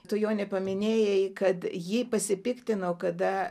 tu jone paminėjai kad ji pasipiktino kada